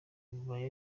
bibaye